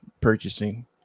purchasing